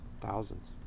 Thousands